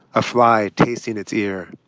a fly tasting its ear.